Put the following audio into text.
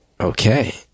Okay